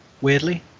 weirdly